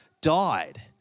died